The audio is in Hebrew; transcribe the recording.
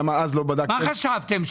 מה חשבתם,